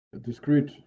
discrete